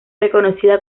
reconocida